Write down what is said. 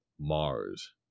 Mars